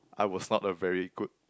I was not a very good